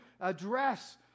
address